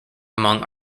among